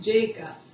Jacob